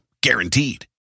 Guaranteed